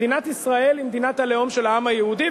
מדינת ישראל היא מדינת הלאום של העם היהודי,